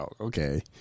okay